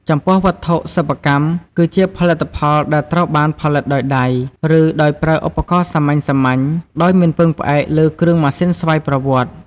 ចំពោះ វត្ថុសិប្បកម្ម គឺជាផលិតផលដែលត្រូវបានផលិតដោយដៃ ឬដោយប្រើឧបករណ៍សាមញ្ញៗ ដោយមិនពឹងផ្អែកលើគ្រឿងម៉ាស៊ីនស្វ័យប្រវត្តិ។